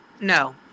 No